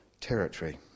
territory